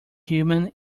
human